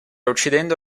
uccidendo